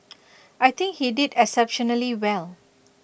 I think he did exceptionally well